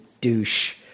douche